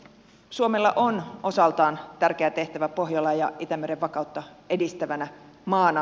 suomella on osaltaan tärkeä tehtävä pohjolan ja itämeren vakautta edistävänä maana